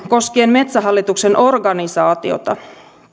koskien metsähallituksen organisaatiota